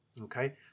Okay